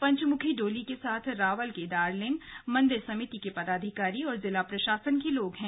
पंच मुखी डोली के साथ रावल केदारलिंग मंदिर समिति के पदाधिकारी और जिला प्रशासन के लोग हैं